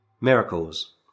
miracles